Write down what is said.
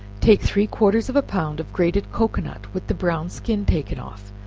take three-quarters of a pound of grated cocoanut, with the brown skin taken off,